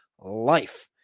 life